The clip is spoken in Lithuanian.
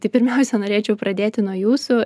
tai pirmiausia norėčiau pradėti nuo jūsų